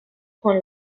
con